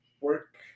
Work